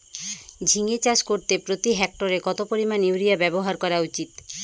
ঝিঙে চাষ করতে প্রতি হেক্টরে কত পরিমান ইউরিয়া ব্যবহার করা উচিৎ?